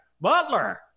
Butler